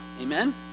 Amen